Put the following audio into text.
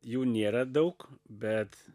jų nėra daug bet